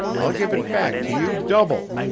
i'll give it back to you double.